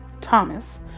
Thomas